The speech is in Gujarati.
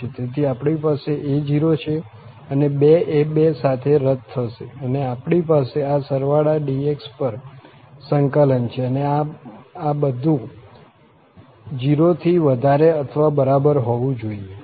તેથી આપણી પાસે a0 છે અને 2 એ 2 સાથે રદ થશે અને આપણી પાસે આ સરવાળા dx પર સંકલન છે અને આમ બધું 0 થી વધારે અથવા બરાબર હોવું જોઈએ